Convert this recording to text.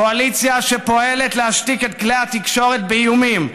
קואליציה שפועלת להשתיק את כלי התקשורת באיומים,